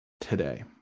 today